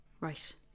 Right